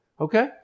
Okay